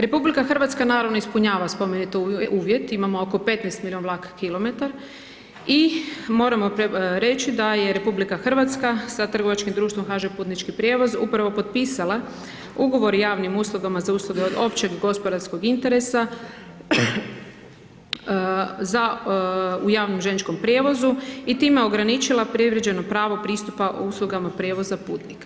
RH naravno ispunjava spomenuti uvjet, imamo oko 15 milion vlak kilometar i moramo reći da je RH sa trgovačkim društvom HŽ Putnički prijevoz upravo potpisala ugovor o javnim uslugama za usluge od općeg gospodarskog interesa za u javnom željezničkom prijevozu i time ograničila privređeno pravo pristupa uslugama prijevoza putnika.